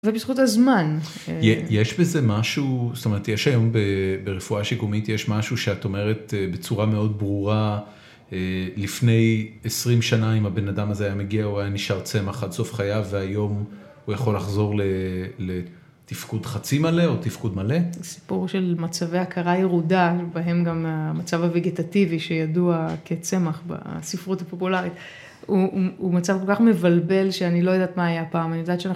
‫ובזכות הזמן. ‫-יש בזה משהו, זאת אומרת, ‫יש היום ברפואה שיקומית, יש משהו ‫שאת אומרת בצורה מאוד ברורה, ‫לפני 20 שנה, אם הבן אדם הזה היה מגיע, ‫הוא היה נשאר צמח עד סוף חייו, ‫והיום הוא יכול לחזור לתפקוד חצי מלא ‫או תפקוד מלא? ‫סיפור של מצבי הכרה ירודה, ‫בהם גם המצב הווגטטיבי ‫שידוע כצמח בספרות הפופולרית, ‫הוא מצב כל כך מבלבל ‫שאני לא יודעת מה היה פעם. ‫אגב, זאת שאלה...